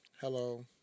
hello